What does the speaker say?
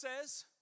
says